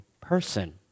person